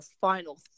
final